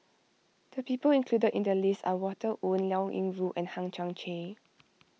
the people included in the list are Walter Woon Liao Yingru and Hang Chang Chieh